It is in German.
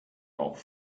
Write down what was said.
auch